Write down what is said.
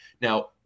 now